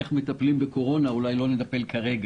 איך מטפלים בקורונה אולי לא נדבר על זה כרגע.